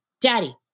Daddy